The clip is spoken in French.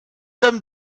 sommes